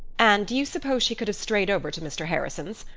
anne, do you suppose she could have strayed over to mr. harrison's?